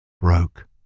broke